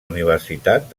universitat